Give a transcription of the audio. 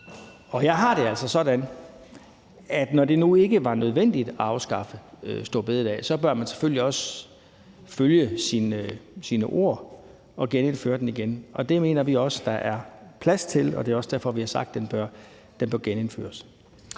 Og jeg har det altså sådan, at når det nu ikke var nødvendigt at afskaffe store bededag, bør man selvfølgelig også følge sine ord og genindføre den, og det mener vi også at der er plads til. Det er også derfor, at vi har sagt, at den bør genindføres.